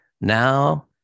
Now